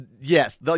Yes